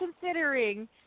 considering